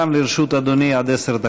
גם לרשות אדוני עד עשר דקות.